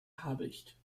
habicht